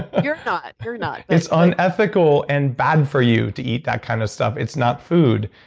you're not. you're not. it's unethical and bad for you to eat that kind of stuff. it's not food.